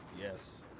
yes